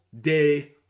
day